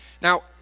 Now